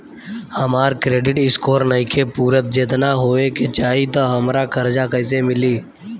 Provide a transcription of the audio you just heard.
हमार credit score नईखे पूरत जेतना होए के चाही त हमरा कर्जा कैसे मिली?